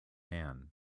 hand